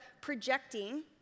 projecting